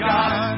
God